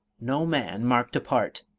no man marked apart